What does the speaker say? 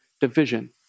division